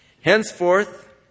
Henceforth